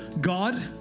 God